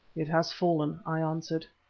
it has fallen, i answered.